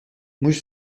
موش